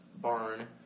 barn